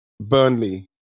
Burnley